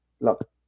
look